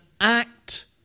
act